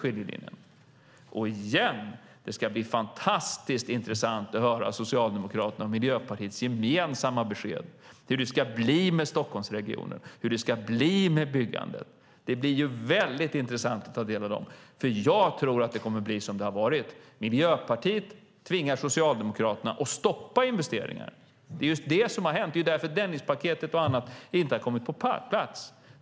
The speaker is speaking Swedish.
Låt mig återigen säga att det ska bli fantastiskt intressant att höra Socialdemokraternas och Miljöpartiets gemensamma besked om hur det blir med Stockholmsregionen, hur det blir med byggandet. Det blir väldigt intressant att ta del av det. Jag tror att det kommer att bli som det har varit, att Miljöpartiet tvingar Socialdemokraterna att stoppa investeringarna. Det är just det som har hänt. Det är därför Dennispaket och annat inte har kommit på plats.